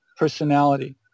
personality